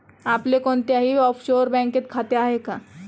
आपले कोणत्याही ऑफशोअर बँकेत खाते आहे का?